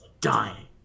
dying